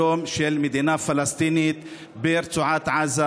שלום של מדינה פלסטינית ברצועת עזה,